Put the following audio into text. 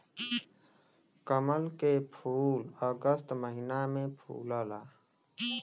कमल के फूल अगस्त महिना में फुलला